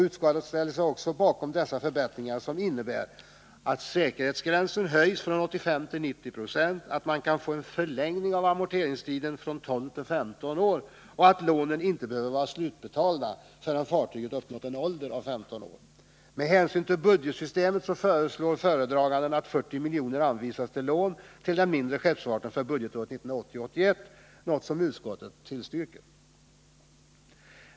Utskottet ställer sig också enigt bakom dessa förbättringar, som innebär att säkerhetsgränsen höjs från 85 till 90 20, att man kan få en förlängning av amorteringstiden från 12 till 15 år och att lånen inte behöver vara slutbetalda förrän fartyget uppnått en ålder av 15 år. Med hänsyn till budgetsystemet föreslår föredraganden att 40 miljoner anvisas till lån till den mindre skeppsfarten för budgetåret 1980/81, något som utskottet tillstyrker.